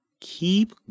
keep